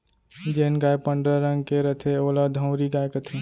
जेन गाय पंडरा रंग के रथे ओला धंवरी गाय कथें